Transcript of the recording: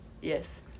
yes